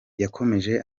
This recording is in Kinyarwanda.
yakomeje